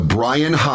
Brian